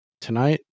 Tonight